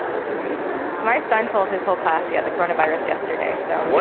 that's amazing my son told his whole class he had the chronic virus yesterday. so what